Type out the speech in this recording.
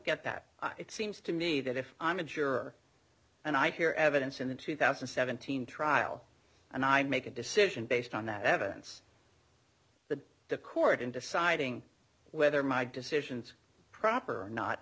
get that it seems to me that if i'm a juror and i hear evidence in the two thousand and seventeen trial and i make a decision based on that evidence the the court in deciding whether my decisions proper or not